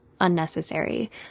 unnecessary